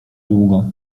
długo